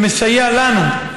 ומסייע לנו,